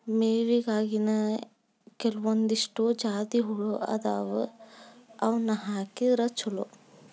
ಮೇವಿಗಾಗಿನೇ ಕೆಲವಂದಿಷ್ಟು ಜಾತಿಹುಲ್ಲ ಅದಾವ ಅವ್ನಾ ಹಾಕಿದ್ರ ಚಲೋ